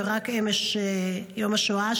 ורק אמש היה יום השואה,